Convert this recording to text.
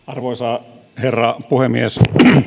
arvoisa herra puhemies